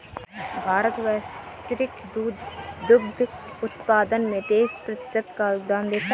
भारत वैश्विक दुग्ध उत्पादन में तेईस प्रतिशत का योगदान देता है